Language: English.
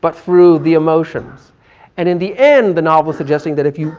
but through the emotions and in the end the novel is suggesting that if you